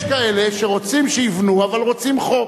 יש כאלה שרוצים שיבנו אבל רוצים חוק,